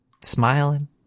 smiling